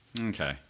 Okay